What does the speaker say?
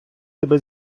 тебе